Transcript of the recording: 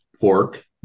pork